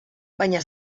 baina